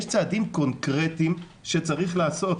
יש צעדים קונקרטיים שצריך לעשות.